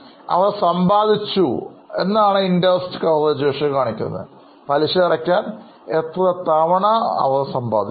അതിനാൽ പലിശ അടയ്ക്കാൻ എത്ര തവണ അവർ സമ്പാദിച്ചു